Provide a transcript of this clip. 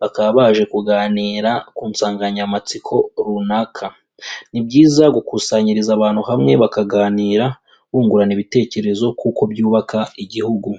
bakaba baje kuganira ku nsanganyamatsiko runaka, ni byiza gukusanyiriza abantu hamwe bakaganira bungurana ibitekerezo kuko byubaka igihugu.